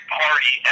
party